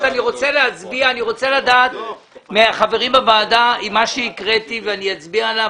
אני רוצה לדעת מהחברים בוועדה אם מה שהקראתי ואני אצביע עליו,